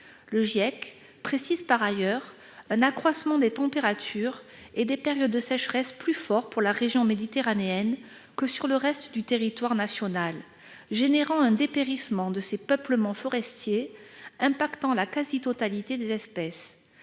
(Giec) indique par ailleurs un accroissement des températures et des périodes de sécheresse plus fort pour la région méditerranéenne que dans le reste du territoire national, provoquant un dépérissement des peuplements forestiers qui a des conséquences sur la quasi-totalité des espèces.